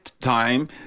time